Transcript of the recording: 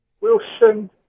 Wilson